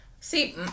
See